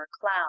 cloud